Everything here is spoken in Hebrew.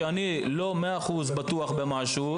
כשאני לא מאה אחוז בטוח במשהו,